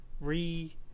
re